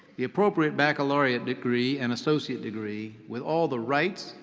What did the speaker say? the appropriate baccalaureate degree and associate degree with all the rights,